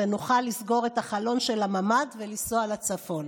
שנוכל לסגור את החלון של הממ"ד ולנסוע לצפון.